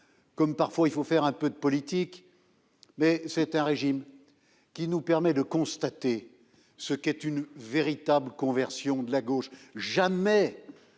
comme il faut parfois faire un peu de politique, c'est un régime qui nous permet de constater ce qu'est une véritable conversion de la gauche. Jamais